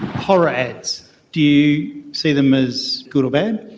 horror ads do you see them as good or bad?